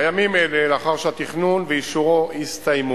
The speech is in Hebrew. בימים אלה, לאחר שהתכנון ואישורו הסתיימו,